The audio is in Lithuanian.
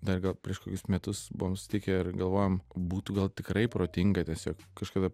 dar gal prieš kokius metus buvom susitikę ir galvojom būtų gal tikrai protinga tiesiog kažkada